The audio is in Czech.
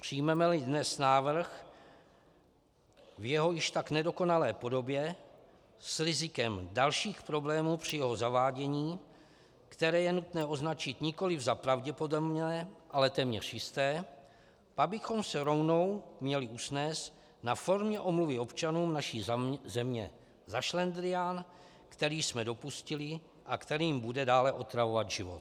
Přijmemeli dnes návrh v jeho již tak nedokonalé podobě s rizikem dalších problémů při jeho zavádění, které je nutno označit nikoliv za pravděpodobné, ale téměř jisté, pak bychom se rovnou měli usnést na formě omluvy občanům naší země za šlendrián, který jsme dopustili a který jim bude dále otravovat život.